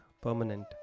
permanent